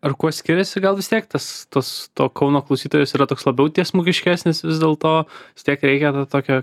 ar kuo skiriasi gal vis tiek tas tas to kauno klausytojas yra toks labiau tiesmukiškesnis vis dėlto vis tiek reikia to tokio